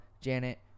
Janet